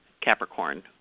Capricorn